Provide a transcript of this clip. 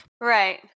Right